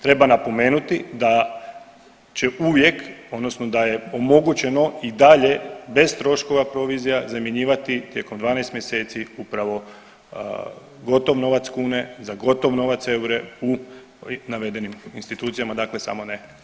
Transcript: Treba napomenuti da će uvijek odnosno da je omogućeno i dalje bez troškova provizija zamjenjivati tijekom 12 mjeseci upravo gotov novac kune za gotov novac eure u navedenim institucijama dakle samo ne bankama.